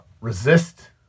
resist